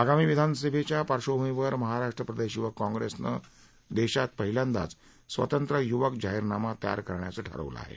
आगामी विधानसभेच्या पार्श्वभूमीवर महाराष्ट्र प्रदेश यूवक काँग्रेसने देशात पहिल्यांदाच स्वतंत्र्य यूवक जाहीरनामा तयार करायचं ठरवलं आहे